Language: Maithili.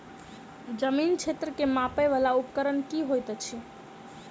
जमीन क्षेत्र केँ मापय वला उपकरण की होइत अछि?